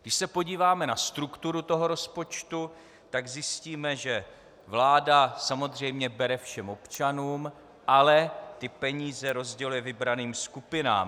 Když se podíváme na strukturu rozpočtu, tak zjistíme, že vláda samozřejmě bere všem občanům, ale peníze rozděluje vybraným skupinám.